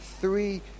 three